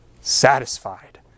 satisfied